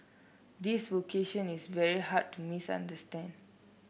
this vocation is very hard to misunderstand